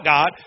God